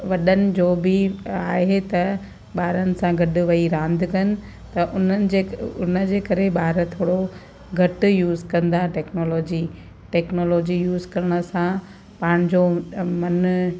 वॾनि जो बि आहे त ॿारनि सां गॾु वेही रांदि कनि त उन्हनि जे उन जे करे ॿार थोरो घटि यूस कंदा टैक्नोलॉजी टैक्नोलॉजी यूस करण सां पंहिंजो मनु